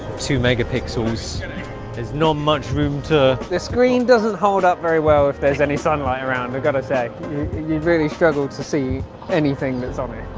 two megapixels there's not much room to the screen doesn't hold up very well if there's any sunlight around i've but gotta say you really struggle to see anything that's on me.